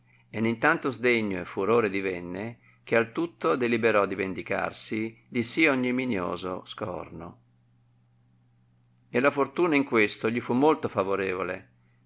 e in tanto sdegno e furore divenne che al tutto deliberò di vendicarsi di si ignominioso scorno e la fortuna in questo gli fu molto favorevole